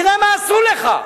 תראה מה עשו לך.